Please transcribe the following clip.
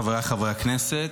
חבריי חברי הכנסת,